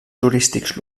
turístics